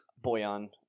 Boyan